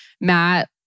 Matt